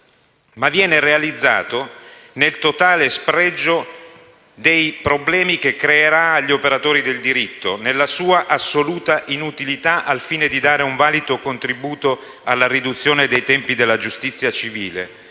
ma viene realizzato nel totale spregio dei problemi che creerà agli operatori del diritto, nella sua assoluta inutilità al fine di dare un valido contributo alla riduzione dei tempi della giustizia civile.